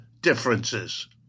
differences